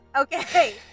Okay